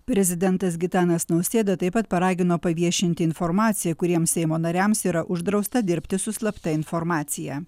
prezidentas gitanas nausėda taip pat paragino paviešinti informaciją kuriems seimo nariams yra uždrausta dirbti su slapta informacija